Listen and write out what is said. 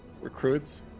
Recruits